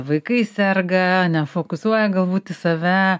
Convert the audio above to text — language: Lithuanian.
vaikai serga nefokusuoja galbūt į save